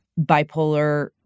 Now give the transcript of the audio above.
bipolar